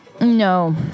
No